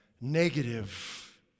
negative